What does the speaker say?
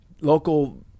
local